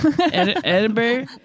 Edinburgh